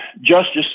Justice